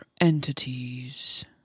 entities